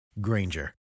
Granger